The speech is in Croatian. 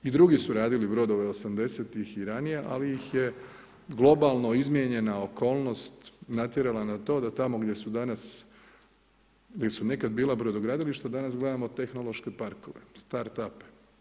I drugi su radili brodove '80.-tih i ranije ali ih je globalno izmijenjena okolnost natjerala na to da tamo gdje su danas, gdje su nekad bila brodogradilišta danas gledamo tehnološke parkove, start up.